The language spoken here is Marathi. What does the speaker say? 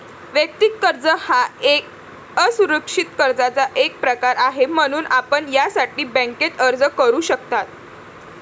वैयक्तिक कर्ज हा एक असुरक्षित कर्जाचा एक प्रकार आहे, म्हणून आपण यासाठी बँकेत अर्ज करू शकता